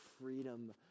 freedom